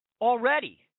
already